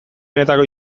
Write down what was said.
benetako